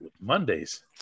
Mondays